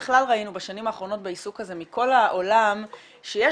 בכלל ראינו בשנים האחרונות בעיסוק הזה מכל העולים שיש